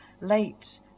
late